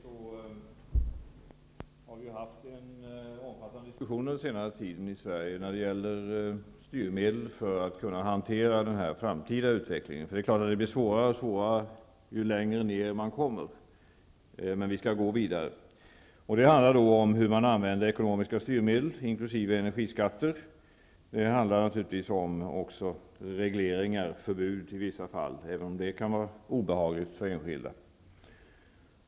Fru talman! Som Ivar Virgin vet har vi under senare tid haft en omfattande diskussion i Sverige om styrmedel som kan göra det möjligt för oss att hantera den framtida utvecklingen. Det är klart att det blir svårare och svårare ju längre ner man kommer, men vi skall gå vidare. Detta handlar om hur man använder ekonomiska styrmedel, inkl. energiskatter, och det handlar naturligtvis också om regleringar och i vissa fall förbud, även om det kan vara obehagligt för enskilda.